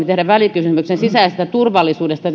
tehdä välikysymyksen sisäisestä turvallisuudesta